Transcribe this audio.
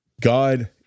God